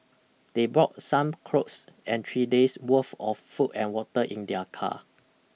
they brought some clothes and three days worth of food and water in their car